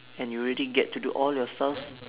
and you already get to do all your stuff